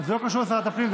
זה לא קשור לשרת הפנים.